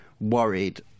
worried